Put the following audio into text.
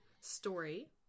story